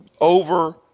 over